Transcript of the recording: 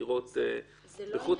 חקירות בחוץ-לארץ.